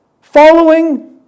following